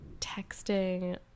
texting